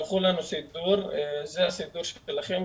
שלחו לנו את הסידור 'זה הסידור שלכם,